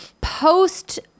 post